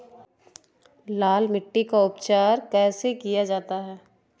लाल मिट्टी का उपचार कैसे किया जाता है?